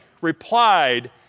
replied